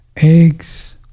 eggs